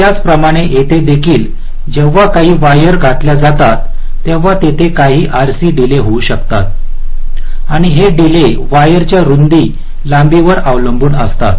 तर त्याचप्रमाणे येथे देखील जेव्हा काही वायर घातल्या जातात तेव्हा तेथे काही RC डीले होऊ शकतात आणि हे डीले वायरच्या रुंदी लांबीवर अवलंबून असतात